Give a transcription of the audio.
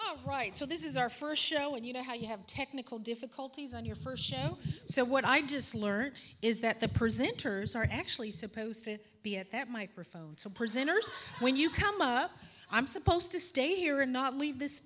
oh right so this is our first show and you know how you have technical difficulties on your first show so what i just learned is that the presenters are actually supposed to be at that microphone so prisoners when you come up i'm supposed to stay here and not leave this